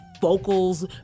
vocals